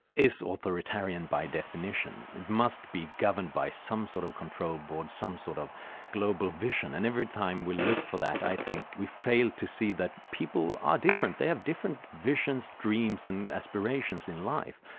is authoritarian by definition. it must be governed by some sort of control board some sort of global vision, and every time we look for that, i think we fail to see that people are different, they have different visions, dreams and aspirations in life,